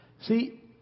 See